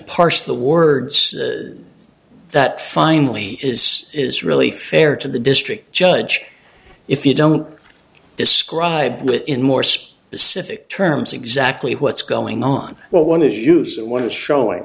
parse the words that finely is is really fair to the district judge if you don't describe it in more specific terms exactly what's going on well one is use and one is showing